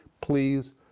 please